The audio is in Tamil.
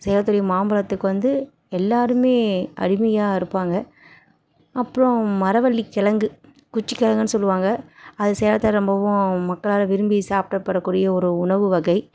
சேலத்துடைய மாம்பழத்துக்கு வந்து எல்லாேருமே அடிமையாக இருப்பாங்க அப்புறம் மரவள்ளி கெழங்கு குச்சி கெழங்குன்னு சொல்லுவாங்க அது சேலத்தில் ரொம்பவும் மக்களால் விரும்பி சாப்பிடபடக்கூடிய ஒரு உணவு வகை